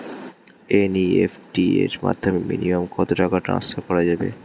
NEFT এর মাধ্যমে minimum কত টাকা টান্সফার করা যাবে?